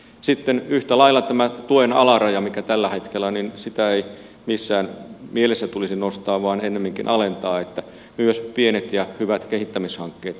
sitten yhtä lailla tätä tuen alarajaa mikä tällä hetkellä on ei missään mielessä tulisi nostaa vaan ennemminkin alentaa että myös pienet ja hyvät kehittämishankkeet tulevat